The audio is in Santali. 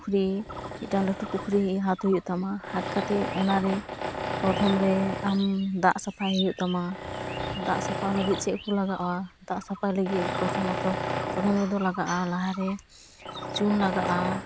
ᱯᱩᱠᱷᱨᱤ ᱢᱤᱫᱴᱟᱝ ᱞᱟᱹᱴᱩ ᱯᱩᱠᱷᱨᱤ ᱦᱟᱛ ᱦᱩᱭᱩᱜ ᱛᱟᱢᱟ ᱦᱟᱛ ᱠᱟᱛᱮᱫ ᱚᱱᱟ ᱨᱮ ᱯᱨᱚᱛᱷᱚᱢ ᱨᱮ ᱟᱢ ᱫᱟᱜ ᱥᱟᱯᱷᱟᱭ ᱦᱩᱭᱩᱜ ᱛᱟᱢᱟ ᱫᱟᱜ ᱥᱟᱯᱷᱟ ᱞᱟᱹᱜᱤᱫ ᱪᱮᱫ ᱠᱚ ᱞᱟᱜᱟᱜᱼᱟ ᱫᱟᱜ ᱥᱟᱯᱷᱟᱭ ᱞᱟᱹᱜᱤᱫ ᱯᱨᱚᱛᱷᱚᱢᱚᱛᱚ ᱯᱨᱚᱛᱷᱚᱢ ᱨᱮᱫᱚ ᱞᱟᱜᱟᱜᱼᱟ ᱞᱟᱦᱟᱨᱮ ᱪᱩᱱ ᱞᱟᱜᱟᱜᱼᱟ